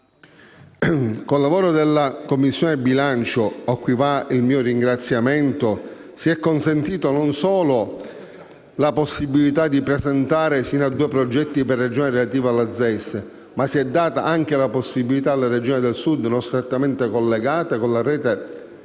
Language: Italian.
Con il lavoro della Commissione bilancio, a cui va il mio ringraziamento, si è consentita non solo la possibilità di presentare sino a due progetti per Regione relativi alla ZES, ma si è data anche la possibilità alle Regioni del Sud non strettamente collegate con la rete transeuropea